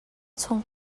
chung